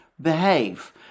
behave